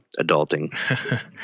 adulting